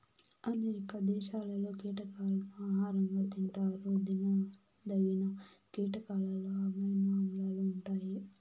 అనేక దేశాలలో కీటకాలను ఆహారంగా తింటారు తినదగిన కీటకాలలో అమైనో ఆమ్లాలు ఉంటాయి